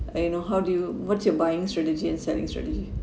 I know how do you what's your buying strategy and selling strategy